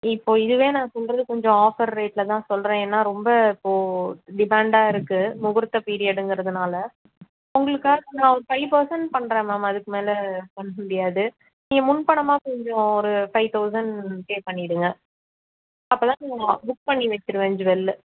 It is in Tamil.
இப்போ இதுவே நான் சொல்லுறது கொஞ்சம் ஆஃபர் ரேட்ல தான் சொல்லுறேன் ஏன்னா ரொம்ப இப்போ டிமாண்டாக இருக்கு முகூர்த்த பீரியடுங்கிறதுனால உங்களுக்காக நான் ஃபைவ் பர்சன்ட் பண்ணுறேன் மேம் அதுக்கு மேலே பண்ண முடியாது நீங்கள் முன் பணமாக கொஞ்சம் ஒரு ஃபைவ் தௌசண்ட் பே பண்ணிவிடுங்க அப்போதான் நான் புக் பண்ணி வச்சுருவேன் ஜ்வல்லு